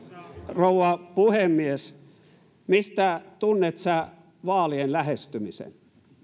rouva puhemies mistä tunnet sä vaalien lähestymisen